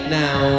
now